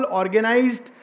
organized